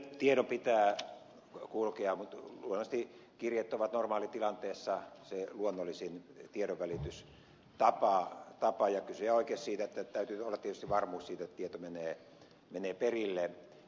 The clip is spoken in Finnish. tiedon pitää kulkea mutta luonnollisesti kirjeet ovat normaalitilanteessa se luonnollisin tiedonvälitystapa ja kysyjä on oikeassa siinä että täytyy olla tietysti varmuus siitä että tieto menee perille